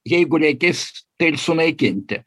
jeigu reikės tai ir sunaikinti